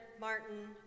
Martin